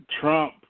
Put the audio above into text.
Trump